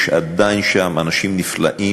יש שם עדיין אנשים נפלאים,